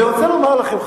אני רוצה לומר לכם,